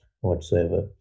whatsoever